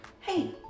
Hey